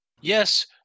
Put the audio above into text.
Yes